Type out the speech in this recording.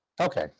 Okay